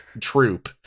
troop